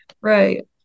right